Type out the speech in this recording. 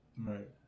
Right